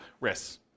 risks